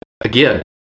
Again